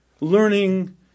learning